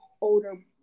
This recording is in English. older